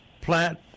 plant